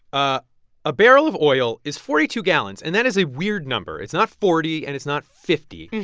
ah a barrel of oil is forty two gallons. and that is a weird number. it's not forty and it's not fifty.